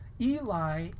Eli